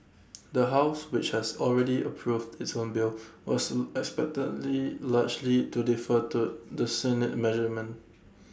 the house which has already approved its own bill was expectedly largely to defer to the Senate measurement